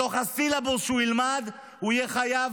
בתוך הסילבוס שהוא ילמד הוא יהיה חייב